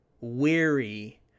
weary